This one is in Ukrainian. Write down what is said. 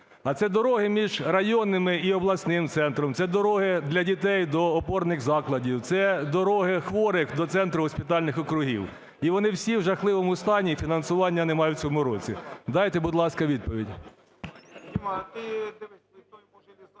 А це дороги між районними і обласним центром. Це дороги для дітей до опорних закладів, це дороги хворих до центрів госпітальних округів. І вони всі вже в жахливому стані, і фінансування нема і в цьому році. Дайте, будь ласка, відповідь.